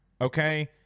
okay